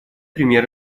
пример